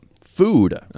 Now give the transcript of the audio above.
Food